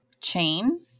chain